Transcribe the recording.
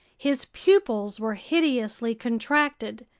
his pupils were hideously contracted.